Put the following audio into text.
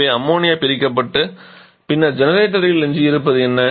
எனவே அம்மோனியா பிரிக்கப்பட்டு பின்னர் ஜெனரேட்டரில் எஞ்சியிருப்பது என்ன